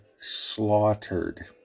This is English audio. slaughtered